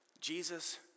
Jesus